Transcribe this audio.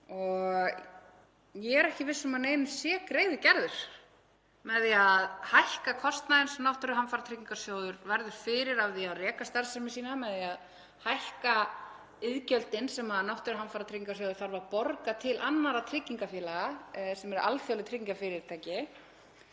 Ég er ekki viss um að neinum sé greiði gerður með því að hækka kostnaðinn sem náttúruhamfaratryggingarsjóður verður fyrir af því að reka starfsemi sína með því að hækka iðgjöldin sem náttúruhamfaratryggingarsjóður þarf að borga til annarra tryggingafélaga, sem eru alþjóðleg tryggingafyrirtæki,